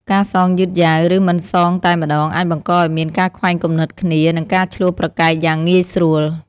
ការសងយឺតយ៉ាវ ឬមិនសងតែម្ដង អាចបង្កឲ្យមានការខ្វែងគំនិតគ្នា និងការឈ្លោះប្រកែកយ៉ាងងាយស្រួល។